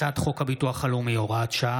הצעת חוק הביטוח הלאומי (הוראת שעה,